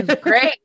Great